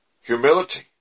humility